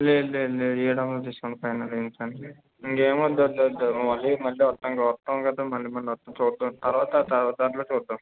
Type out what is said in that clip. లేదు లేదు లేదు ఏడొందలు తీసుకోండి ఫైనల్గా ఇంకంతే ఇంకేమొద్దొద్దు మళ్ళీ మండే వస్తాంగా కదా మళ్ళీ మళ్ళీ వస్తాం చూద్దాం తర్వాత తర్వాత దాంట్లో చూద్దాం